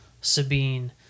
Sabine